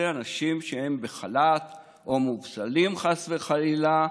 אנשים שהם בחל"ת או מובטלים חס וחלילה,